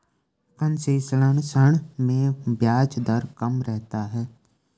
concessional ऋण में ब्याज दर कम रहता है